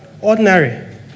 ordinary